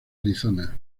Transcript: arizona